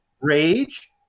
Rage